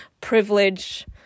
privilege